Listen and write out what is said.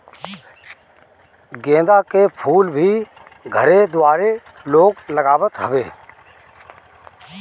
गेंदा के फूल भी घरे दुआरे लोग लगावत हवे